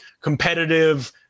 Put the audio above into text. competitive